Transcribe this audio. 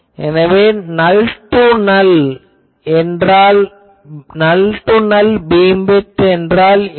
எனவே null to null beamwidth என்றால் என்ன